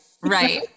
Right